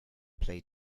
play